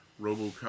robocop